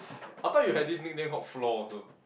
I thought you had this nickname called floor also